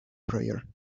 prayer